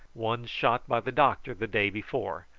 one shot by the doctor the day before,